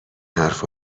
حرف